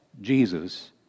jesus